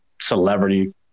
celebrity